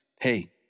Hey